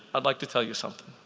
i'd like to tell you something.